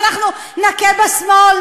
אנחנו נכה בשמאל,